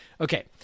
Okay